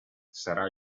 sarà